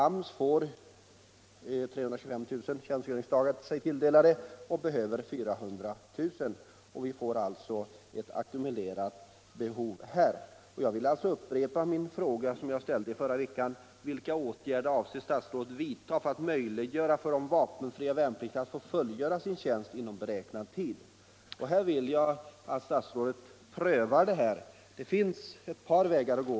AMS får 325 000 tjänstgöringsdagar och behöver 400 000. Torsdagen den Här blir det alltså ett ackumulerat behov, och jag vill upprepa min fråga 20 maj 1976 som jag ställde förra veckan: Vilka åtgärder avser statsrådet vidta för att möjliggöra för de vapenfria värnpliktiga att få fullgöra sin tjänst inom - Om tidsplaneringen beräknad tid? för fullgörande av Jag vill att statsrådet prövar detta. Det finns ett par vägar att gå.